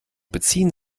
beziehen